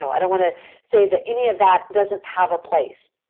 i don't want to say that any of that doesn't have a place.